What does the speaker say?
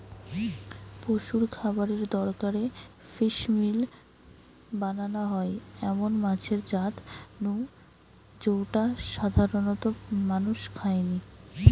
পশুর খাবারের দরকারে ফিসমিল বানানা হয় এমন মাছের জাত নু জউটা সাধারণত মানুষ খায়নি